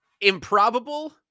improbable